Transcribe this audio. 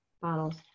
bottles